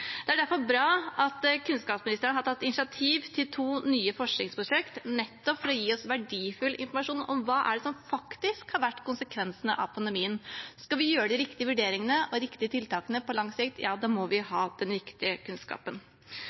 Det er derfor bra at kunnskapsministeren har tatt initiativ til to nye forskningsprosjekter for å gi oss verdifull informasjon om hva som faktisk har vært konsekvensene av pandemien. Skal vi gjøre de riktige vurderingene og riktige tiltakene på lang sikt, ja, da må vi ha den riktige kunnskapen.